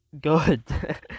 good